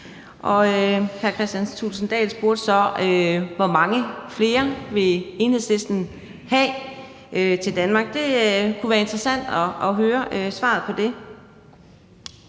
og hr. Kristian Thulesen Dahl spurgte så, hvor mange flere Enhedslisten vil have til Danmark. Det kunne være interessant at høre svaret på det.